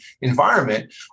environment